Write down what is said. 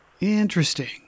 Interesting